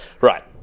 Right